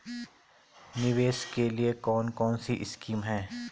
निवेश के लिए कौन कौनसी स्कीम हैं?